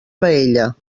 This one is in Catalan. paella